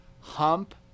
hump